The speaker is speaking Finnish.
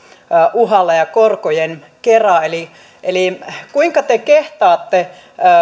uhalla ja korkojen kera kuinka te kehtaatte